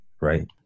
Right